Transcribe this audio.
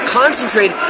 concentrate